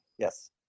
yes